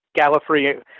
gallifrey